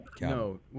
No